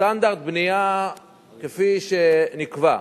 בסטנדרט בנייה כפי שנקבע,